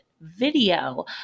video